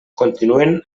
continuen